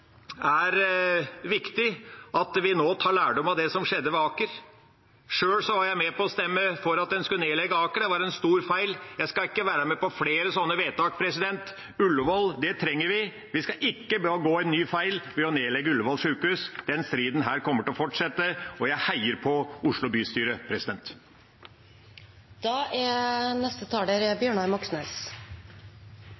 som skjedde ved Aker. Sjøl var jeg med på å stemme for at en skulle legge ned Aker. Det var en stor feil. Jeg skal ikke være med på flere slike vedtak. Vi trenger Ullevål. Vi skal ikke begå en ny feil ved å legge ned Ullevål sjukehus. Denne striden kommer til å fortsette, og jeg heier på Oslo bystyre. Det er